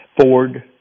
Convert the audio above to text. Ford